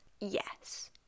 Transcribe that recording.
Yes